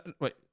Wait